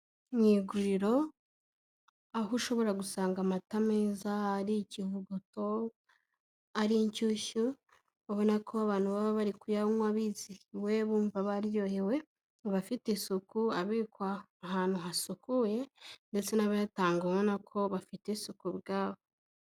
Mu iguriro aho ushobora gusanga amata meza ari ikivugoto, ari inshyushyu ubona ko abantu baba bari kuyanywa bizihiwe bumva baryohewe, abafite isuku abikwa ahantu hasukuye ndetse n'abayatanga ubona ko bafite isuku ubwabo.